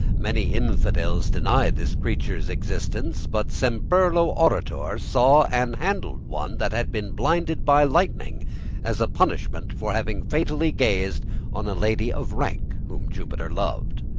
many infidels deny this creature's existence, but semprello aurator saw and handled one that had been blinded by lightning as a punishment for having fatally gazed on a lady of rank whom jupiter loved.